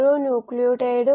ഇത് റെഡോക്സ് അനുപാതമാണ്